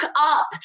up